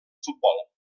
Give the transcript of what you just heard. futbol